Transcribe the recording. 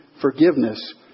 forgiveness